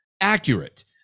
accurate